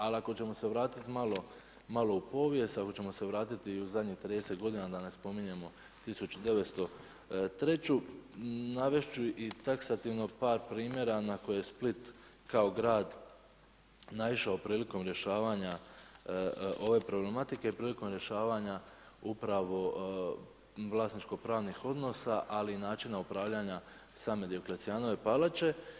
Ali ako ćemo se vratit malo u povijest, ako ćemo se vratiti u zadnjih 30 godina, da ne spominjemo 1903. navest ću i taksativno par primjera na koje Split kao grad naišao prilikom rješavanja ove problematike, prilikom rješavanja upravo vlasničko pravnih odnosa, ali i načina upravljanja same Dioklecijanove palače.